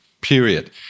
period